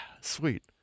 sweet